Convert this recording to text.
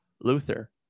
Luther